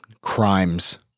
crimes